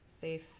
safe